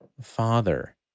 Father